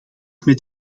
met